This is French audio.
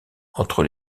entre